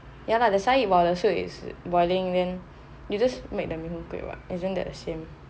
ya lah that's why while the soup is boiling then you just make the mee hoon kway what isn't that the same